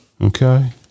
Okay